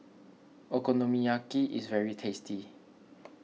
Okonomiyaki is very tasty